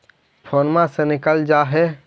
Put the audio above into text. फोनवो से निकल जा है?